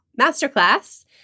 masterclass